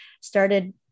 started